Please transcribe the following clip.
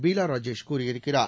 பீலா ராஜேஷ் கூறியிருக்கிறார்